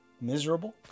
miserable